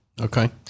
Okay